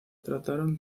trataron